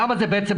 למה זה קורה?